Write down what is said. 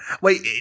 Wait